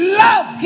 love